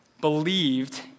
believed